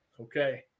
Okay